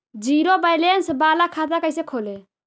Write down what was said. Zero balance बाला खाता कैसे खोले?